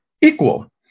equal